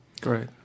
Great